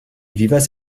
vivas